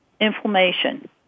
inflammation